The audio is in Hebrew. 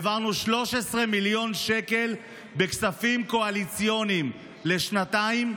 העברנו 13 מיליון שקלים בכספים קואליציוניים לשנתיים.